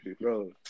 bro